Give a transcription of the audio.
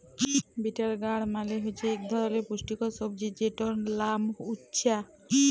bitter গাড় মালে হছে ইক ধরলের পুষ্টিকর সবজি যেটর লাম উছ্যা